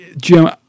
Jim